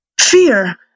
Fear